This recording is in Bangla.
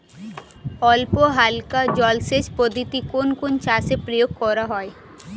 অল্পহালকা জলসেচ পদ্ধতি কোন কোন চাষে প্রয়োগ করা হয়?